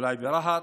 אולי ברהט,